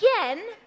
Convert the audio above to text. again